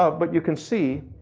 ah but you can see,